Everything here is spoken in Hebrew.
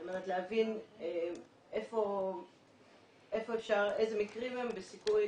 על מנת להבין איזה מקרים הם בסיכוי